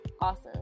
awesome